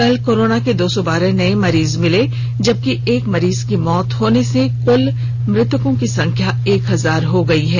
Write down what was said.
कल कोरोना के दो सौ बारह नए मरीज मिले हैं जबकि एक मरीज की मौत होने से कल मृतकों की संख्या एक हजार हो गई है